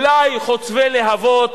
אולי חוצבי להבות,